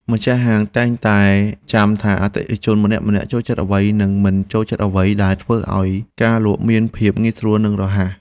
ម្ចាស់ហាងតែងតែចាំថាអតិថិជនម្នាក់ៗចូលចិត្តអ្វី និងមិនចូលចិត្តអ្វី ដែលធ្វើឱ្យការលក់មានភាពងាយស្រួលនិងរហ័ស។